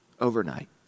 overnight